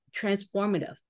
transformative